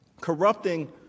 Corrupting